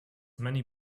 many